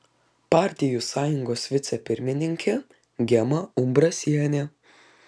partijų sąjungos vicepirmininkė gema umbrasienė